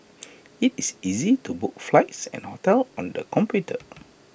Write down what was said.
IT is easy to book flights and hotels on the computer